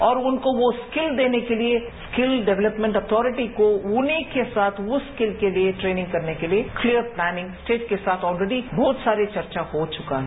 और उनको वो स्कलि देने के लिए स्किल डेवलेपमेंट अथॉरटी को उन्हीं के साथ उस स्किल के लिए ट्रेनिंग करने के लिए क्लीयर प्लैनिंग स्टेट के साथ ऑलरेडी बहुत सारी चर्चा हो चुका है